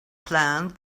plants